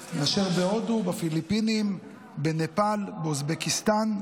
ארבעה מאשר בהודו, בפיליפינים, בנפאל, באוזבקיסטן.